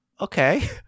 Okay